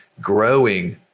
growing